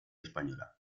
española